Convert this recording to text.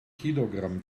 kilogramm